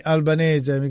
Albanese